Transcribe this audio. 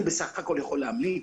אני בסך הכול יכול להמליץ.